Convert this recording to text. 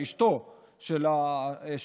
אשתו של הקורבן,